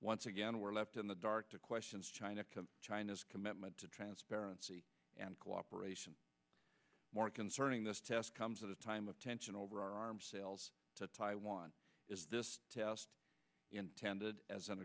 once again we're left in the dark to questions china china's commitment to transparency and cooperation more concerning this test comes at a time of tension over arms sales to taiwan is intended as an